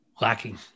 lacking